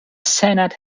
senate